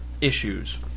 issues